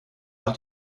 nach